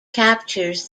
captures